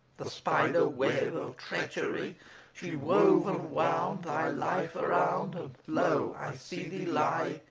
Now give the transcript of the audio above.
the spider-web of treachery she wove and wound, thy life around, and lo! i see thee lie,